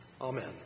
Amen